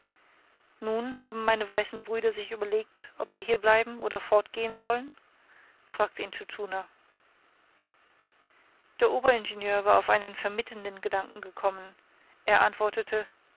nun haben meine weißen brüder sich überlegt ob sie hier bleiben oder fortgehen wollen fragte intschu tschuna der oberingenieur war auf einen vermittelnden gedanken gekommen er antwortete